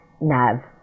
NAV